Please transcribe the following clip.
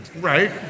right